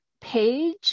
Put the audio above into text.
page